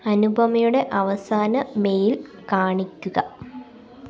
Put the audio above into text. അനുപമയുടെ അവസാന മെയിൽ കാണിക്കുക